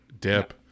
dip